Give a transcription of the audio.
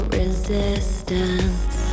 resistance